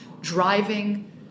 driving